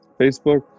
facebook